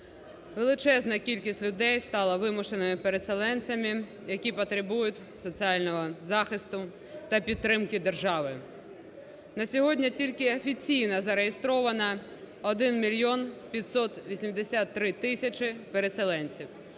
Величезна кількість людей стала вимушеними переселенцями, які потребують соціального захисту та підтримки держави. На сьогодні тільки офіційно зареєстровано 1 мільйон 583 тисячі переселенців,